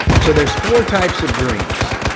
so there's four types of dreams.